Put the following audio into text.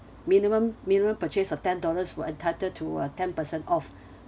minimum minimum purchase of ten dollars will entitled to a ten percent off